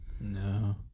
No